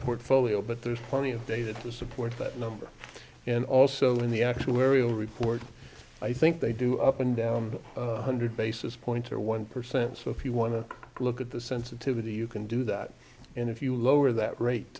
portfolio but there's plenty of data to support that number and also in the actuarial report i think they do up and down one hundred basis points or one percent so if you want to look at the sensitivity you can do that and if you lower that rate